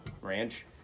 Ranch